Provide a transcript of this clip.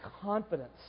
confidence